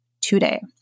today